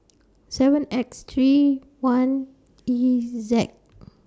seven X three one E Z